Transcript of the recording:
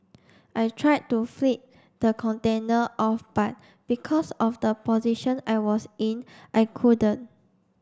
I tried to flip the container off but because of the position I was in I couldn't